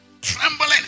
trembling